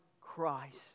Christ